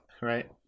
right